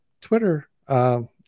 Twitter